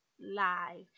live